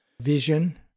vision